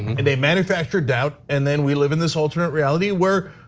and they've manufactured doubt. and then we live in this alternative reality where,